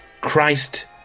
Christ